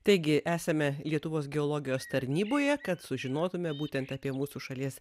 taigi esame lietuvos geologijos tarnyboje kad sužinotume būtent apie mūsų šalies